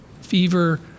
fever